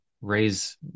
raise